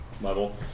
level